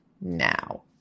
now